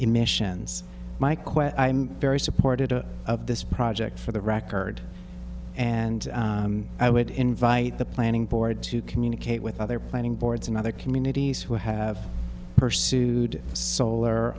emissions my quest i'm very supportive of this project for the record and i would invite the planning board to communicate with other planning boards and other communities who have pursued solar